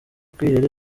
kwihera